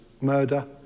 murder